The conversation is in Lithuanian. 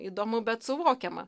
įdomu bet suvokiama